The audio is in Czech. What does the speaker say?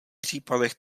případech